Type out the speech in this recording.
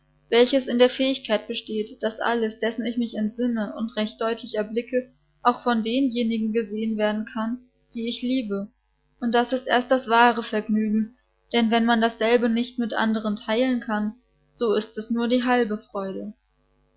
welches in der fähigkeit besteht daß alles dessen ich mich entsinne und recht deutlich erblicke auch von denjenigen gesehen werden kann die ich liebe und das ist erst das wahre vergnügen denn wenn man dasselbe nicht mit andern teilen kann so ist es nur eine halbe freude